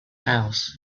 house